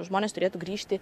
žmonės turėtų grįžti